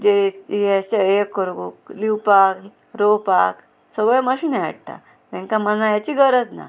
जे हे हें करूंक लिवपाक रोंवपाक सगळे मशीन हाडटा तेंकां मनांयाची गरज ना